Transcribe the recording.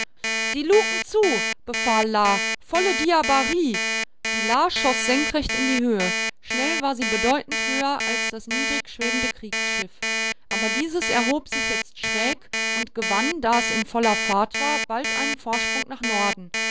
die luken zu befahl la volle diabarie die la schoß senkrecht in die höhe schnell war sie bedeutend höher als das niedrig schwebende kriegsschiff aber dieses erhob sich jetzt schräg und gewann da es in voller fahrt war bald einen vorsprung nach norden